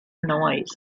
noise